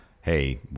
hey